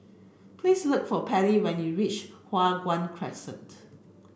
please look for Patty when you reach Hua Guan Crescent